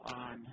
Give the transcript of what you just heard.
on